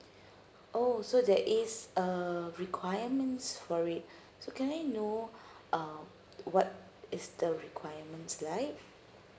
oh so there is uh requirements for it so can I know uh what is the requirements like